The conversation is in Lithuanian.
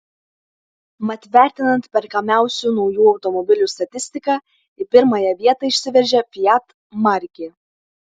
mat vertinant perkamiausių naujų automobilių statistiką į pirmąją vietą išsiveržė fiat markė